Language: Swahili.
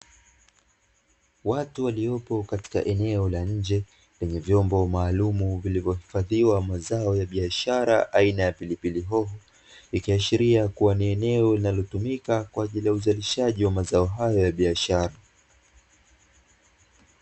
Watu waliopo katika eneo la nje, lenye vyombo maalumu vilivyohifadhiwa mazao ya biashara aina ya pilipili hoho, ikiashiria kua ni eneo linalotumika kwa ajili ya uzalishaji wa mazao hayo ya biashara.